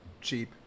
cheap